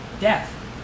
death